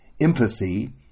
Empathy